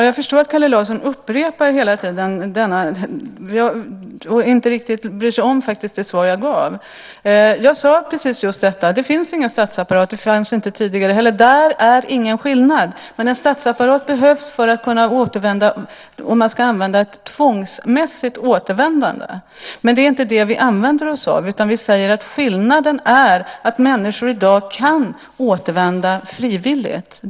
Fru talman! Kalle Larsson upprepar sig hela tiden och bryr sig faktiskt inte riktigt om det svar som jag givit. Jag sade just att det inte finns någon statsapparat, och det fanns inte tidigare heller. Där är ingen skillnad. En statsapparat behövs om man ska använda ett tvångsmässigt återvändande, men det är inte det som vi tillämpar utan vi säger att skillnaden är att människor i dag kan återvända frivilligt.